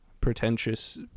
pretentious